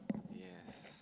yes